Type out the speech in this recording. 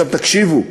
עכשיו, תקשיבו,